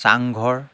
চাংঘৰ